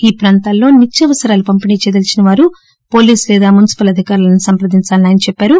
ఈ ప్రాంతాల్లో నిత్యావసరాలు పంపిణీ చేయదలచిన వాళ్ళు పోలీస్ లేదా మునిసిపల్ అధికారులను సంప్రదించాలని ఆయన చెప్పారు